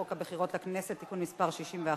אני קובעת שהצעת חוק הספורט (תיקון מס' 7)